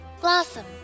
Blossom